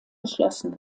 geschlossen